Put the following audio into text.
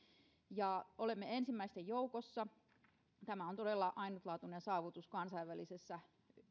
olemme ensimmäisten joukossa tämä on todella ainutlaatuinen saavutus kansainvälisessä